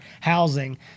housing